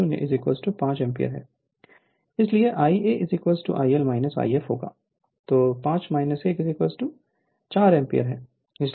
इसलिएIa 0 IL 0 If होगा जो 5 1 4 ampere है